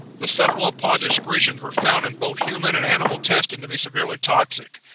the cephalopods' excretions were found in both human and animal testing to be severely toxic,